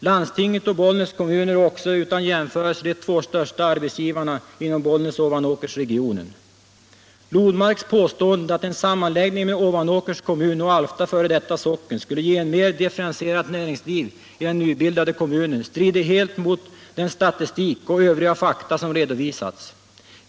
Landstinget och Bollnäs kommun är också utan jämförelse de två största arbetsgivarna inom Bollnäs Ovanåkersregionen. Lodmarks påståenden, att en sammanläggning med Ovanåkers kommun och Alfta f. d. socken skulle ge ett mer differentierat näringsliv i den nybildade kommunen, strider helt mot den statistik och övriga fakta som redovisats.